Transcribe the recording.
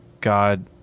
God